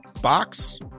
box